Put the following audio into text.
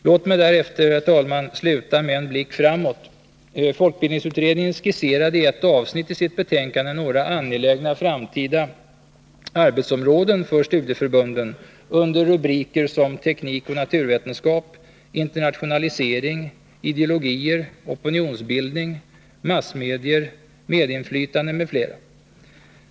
Låt mig därefter, herr talman, sluta med en blick framåt. Folkbildningsutredningen skisserade i ett avsnitt i sitt betänkande några angelägna framtida arbetsområden för studieförbunden under rubriker som teknikoch naturvetenskap, internationalisering, ideologier, opinionsbildning, massmedier, medinflytande m.fl.